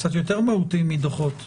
קצת יותר מהותי מדוחות.